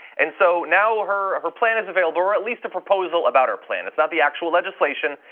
and so now her her plan is available, or at least a proposal about her plan. it's not the actual legislation,